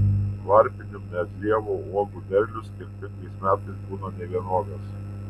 varpinių medlievų uogų derlius skirtingais metais būna nevienodas